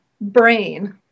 brain